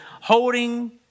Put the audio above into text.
holding